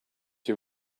you